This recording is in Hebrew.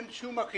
אין שום אכיפה.